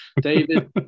David